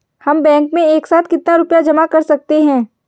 हम बैंक में एक साथ कितना रुपया जमा कर सकते हैं?